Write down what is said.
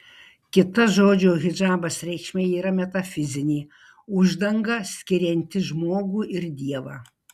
kita žodžio hidžabas reikšmė yra metafizinė uždanga skirianti žmogų ir dievą